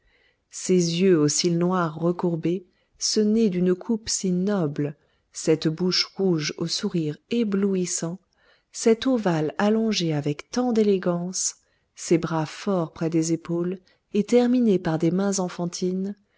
ces yeux aux cils noirs recourbés ce nez d'une coupe si noble cette bouche rouge au sourire éblouissant cet ovale allongé avec tant d'élégance ces bras forts près des épaules et terminés par des mains enfantines